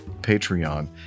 Patreon